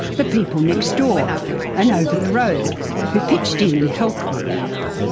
the people next door and over the road who pitched in and helped one another.